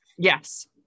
Yes